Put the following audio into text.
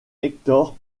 hector